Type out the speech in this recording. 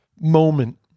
moment